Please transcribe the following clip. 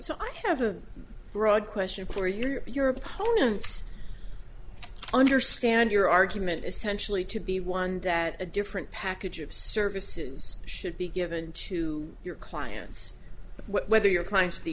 so i have a broad question for you your opponents understand your argument essentially to be one that a different package of services should be given to your clients whether your clients the